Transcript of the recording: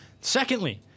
Secondly